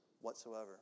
whatsoever